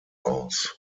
aus